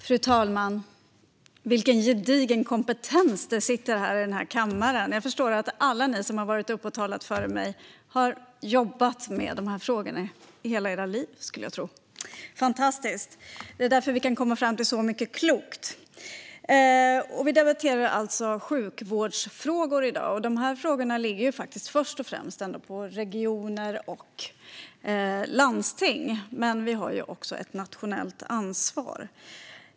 Fru talman! Vilken gedigen kompetens som sitter i den här kammaren. Jag skulle tro att alla ni som har varit uppe i talarstolen före mig har jobbat med de här frågorna hela era liv - fantastiskt! Det är därför vi kan komma fram till så mycket kloka saker. Vi debatterar alltså sjukvårdsfrågor i dag. Ansvaret för de frågorna ligger först och främst på regioner och landsting. Men vi har också ett nationellt ansvar.